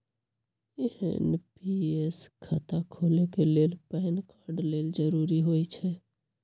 NPS खता खोले के लेल पैन कार्ड लेल जरूरी होइ छै